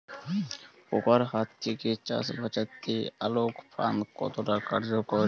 পোকার হাত থেকে চাষ বাচাতে আলোক ফাঁদ কতটা কার্যকর?